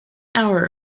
hour